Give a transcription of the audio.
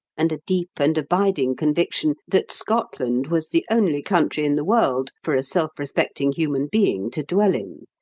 and a deep and abiding conviction that scotland was the only country in the world for a self-respecting human being to dwell in,